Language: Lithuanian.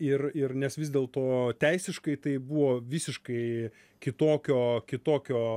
ir ir nes vis dėl to teisiškai tai buvo visiškai kitokio kitokio